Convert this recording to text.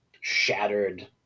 shattered